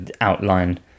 outline